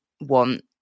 want